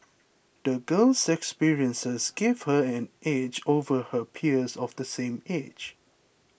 the girl's experiences gave her an edge over her peers of the same age